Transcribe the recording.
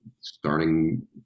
starting